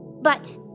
but-